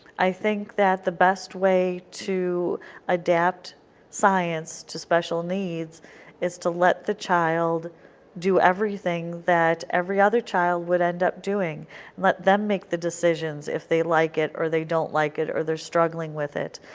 i think that the best way to adapt science to special needs is to let the child do everything that every other child would end up doing, and let them make the decisions if they like it or they don't like it or they are struggling with it.